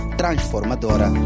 transformadora